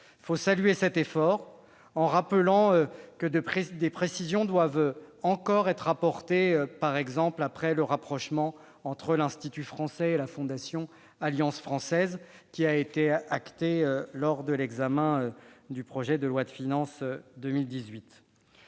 Il faut saluer cet effort, en ajoutant que des précisions doivent encore être apportées, notamment, sur le rapprochement entre l'Institut français et la Fondation Alliance française, qui a été acté lors de l'examen du projet de loi de finances pour